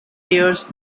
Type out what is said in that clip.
years